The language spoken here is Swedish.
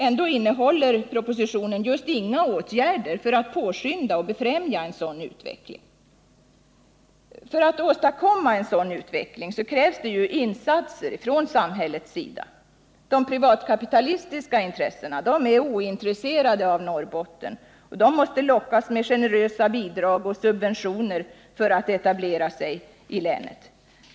Ändå innehåller propositionen just inga åtgärder för att påskynda och befrämja en sådan utveckling. För att åstadkomma en sådan utveckling krävs insatser från samhällets sida. De privatkapitalistiska intressena är ointresserade av Norrbotten och måste lockas med generösa bidrag och subventioner för att etablera sig i länet.